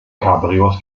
cabrios